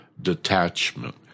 detachment